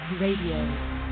Radio